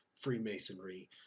Freemasonry